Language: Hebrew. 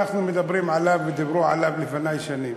אנחנו מדברים עליו ודיברו עליו לפני שנים.